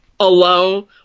Alone